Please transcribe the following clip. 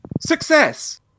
Success